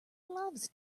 loves